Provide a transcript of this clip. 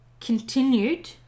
continued